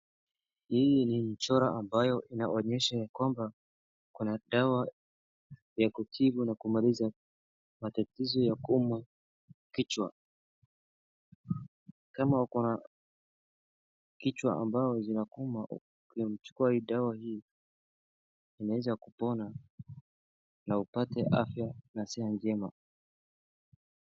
Hii ni mchoro ambayo inaonyesha ya kwamba ya kutibu na kumaliza matatizo ya kuumwa na kichwa. Kama ukona kichwa ambayo inakuuma ukichukua hii dawa hii unaweza kupona na upate afya na siku njema.